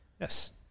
yes